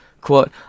Quote